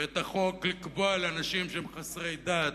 ואת החוק שבא לקבוע לאנשים שהם חסרי דת,